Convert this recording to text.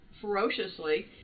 ferociously